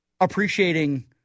appreciating